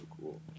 cool